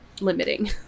limiting